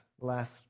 last